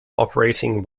operating